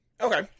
Okay